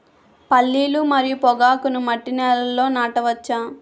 పల్లీలు మరియు పొగాకును మట్టి నేలల్లో నాట వచ్చా?